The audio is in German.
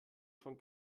von